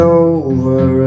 over